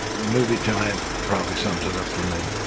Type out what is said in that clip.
the movie giant probably sums it up for me.